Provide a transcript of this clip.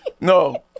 no